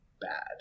bad